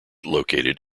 located